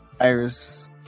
Iris